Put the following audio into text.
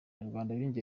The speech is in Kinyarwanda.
abanyarwanda